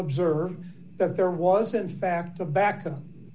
observe that there was in fact to back them